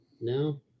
No